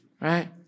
right